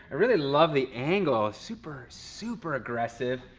i really love the angle. ah super, super aggressive.